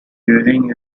during